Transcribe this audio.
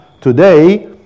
today